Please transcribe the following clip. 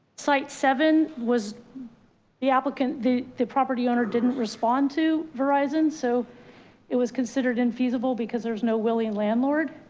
site seven was the applicant. the the property owner didn't respond to verizon. so it was considered infeasible because there's no willing landlord.